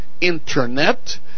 Internet